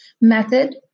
method